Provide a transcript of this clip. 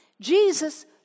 Jesus